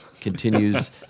continues